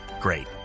Great